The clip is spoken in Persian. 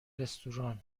رستوران